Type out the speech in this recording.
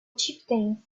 chieftains